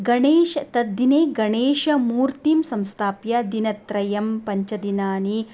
गणेश तद्दिने गणेशमूर्तिं संस्थाप्य दिनत्रयं पञ्चदिनानि